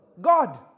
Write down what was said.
God